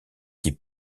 qui